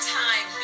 time